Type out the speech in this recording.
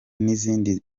n’indi